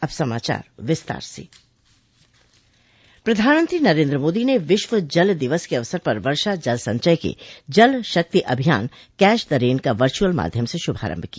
अब समाचार विस्तार से प्रधानमंत्री नरेन्द्र मोदी ने विश्व जल दिवस के अवसर पर वर्षा जल संचंय के जल शक्ति अभियान कैच द रेन का वर्चुअल माध्यम से शुभारंभ किया